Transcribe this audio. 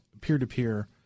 peer-to-peer